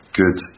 good